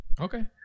Okay